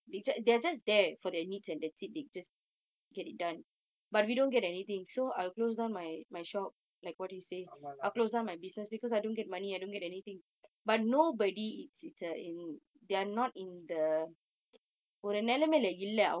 normal lah